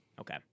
okay